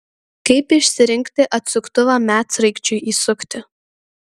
kaip išsirinkti atsuktuvą medsraigčiui įsukti